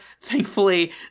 Thankfully